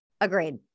Agreed